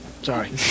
Sorry